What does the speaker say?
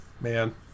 Man